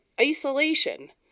isolation